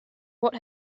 what